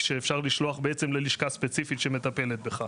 כשאפשר לשלוח ללשכה ספציפית שמטפלת בך.